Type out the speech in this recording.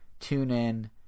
TuneIn